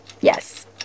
Yes